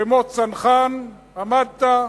כמו צנחן, עמדת,